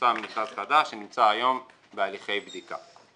פורסם מכרז חדש שנמצא היום בהליכי בדיקה.